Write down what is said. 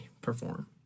perform